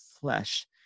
flesh